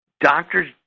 Doctors